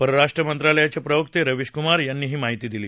परराष्ट्र मंत्रालयाचे प्रवक्ते रविश कुमार यांनी ही माहिती दिली